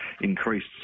increased